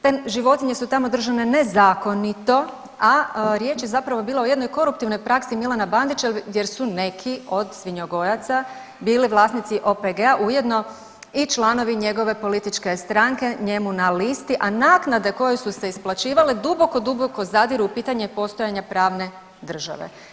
Te životinje su tamo držane nezakonito, a riječ je zapravo bila o jednoj koruptivnoj praksi Milana Bandića jer su neki od svinjogojaca bili vlasnici OPG-a ujedno i članovi njegove političke stranke njemu na listi a naknade koje su se isplaćivale duboko, duboko zadiru u pitanje postojanja pravne države.